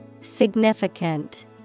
Significant